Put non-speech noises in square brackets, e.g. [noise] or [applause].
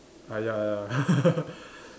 ah ya [laughs]